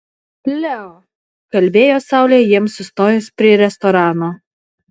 leo kalbėjo saulė jiems sustojus prie restorano